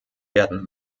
werden